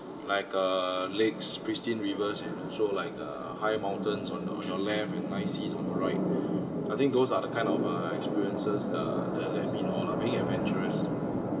like err lakes pristine rivers and also like uh high mountains on your your left and nice seas on your right I think those are the kind of err experiences uh that left me in awe lah being adventurous